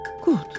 Good